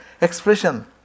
expression